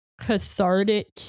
cathartic